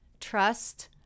trust